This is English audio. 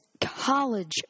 college